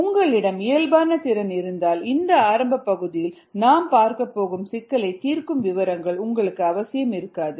உங்களிடம் இயல்பான திறன் இருந்தால் இந்த ஆரம்ப பகுதியில் நாம் பார்க்கப் போகும் சிக்கலைத் தீர்க்கும் விவரங்கள் உங்களுக்கு அவசியம் இருக்காது